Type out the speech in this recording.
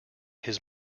his